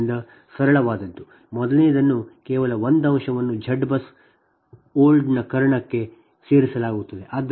ಆದ್ದರಿಂದ ಸರಳವಾದದ್ದು ಮೊದಲನೆಯದನ್ನು ಕೇವಲ 1 ಅಂಶವನ್ನು Z BUS OLD ನ ಕರ್ಣಕ್ಕೆ ಸೇರಿಸಲಾಗುತ್ತದೆ